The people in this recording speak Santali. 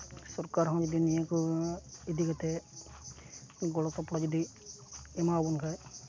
ᱥᱚᱨᱠᱟᱨ ᱦᱚᱸ ᱡᱩᱫᱤ ᱱᱤᱭᱟᱹ ᱠᱚ ᱤᱫᱤ ᱠᱟᱛᱮ ᱜᱚᱲᱚ ᱥᱚᱯᱲᱚ ᱡᱩᱫᱤ ᱮᱢᱟᱣᱵᱚᱱ ᱠᱷᱟᱡ